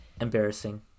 Embarrassing